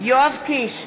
יואב קיש,